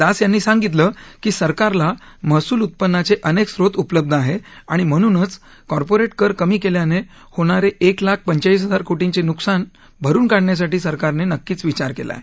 दास यांनी सांगितलं की सरकारला महसूल उत्पन्नाचे अनेक स्त्रोत उपलब्ध आहे आणि म्हणूनच कॉर्पोरेट कमी केल्याने होणारे एक लाख पंचेचाळीस हजार कोटींचे नुकसान भरुन काढण्यासाठी सरकारने नक्कीच विचार केलाय